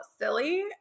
silly